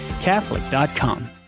Catholic.com